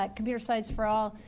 but computer science for all,